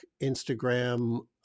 Instagram